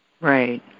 right